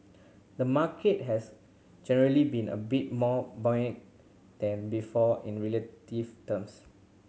the market has generally been a bit more buoyant than before in relative terms